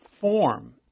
form